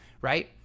right